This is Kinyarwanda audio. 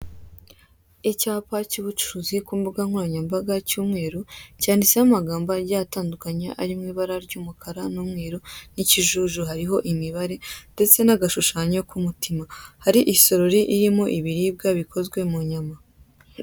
icyapa cy'ubucuruzi kumbuga nkoranyambaga cy'umweru cyanditseho amagambo agiye atandukanye ari mwibara ry'umukara n'umweru n'ikijuju , hariho imibare ndetse n'agashushanyo k'umutima hari isorori irimo ibiribwa bikozwe munyama.